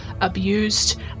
abused